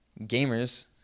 gamers